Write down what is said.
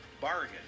bargain